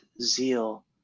zeal